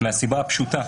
מהסיבה הפשוטה